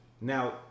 Now